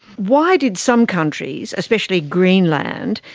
why did some countries, especially greenland,